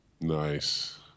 Nice